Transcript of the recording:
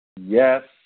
Yes